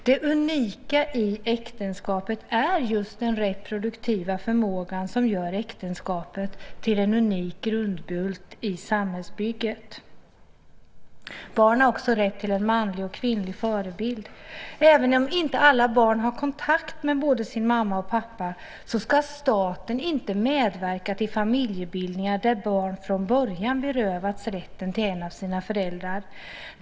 Det unika i äktenskapet är just den reproduktiva förmågan, som gör äktenskapet till en unik grundbult i samhällsbygget. Barn har också rätt till en manlig och en kvinnlig förebild. Även om inte alla barn har kontakt med både sin mamma och sin pappa ska staten inte medverka till familjebildningar där barn från början berövats rätten till en av sina föräldrar.